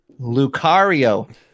Lucario